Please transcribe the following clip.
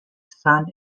sun